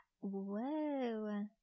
whoa